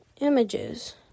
images